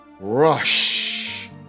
rush